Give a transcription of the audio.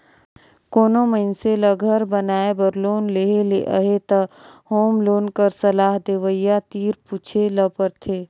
कोनो मइनसे ल घर बनाए बर लोन लेहे ले अहे त होम लोन कर सलाह देवइया तीर पूछे ल परथे